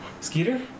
Skeeter